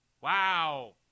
Wow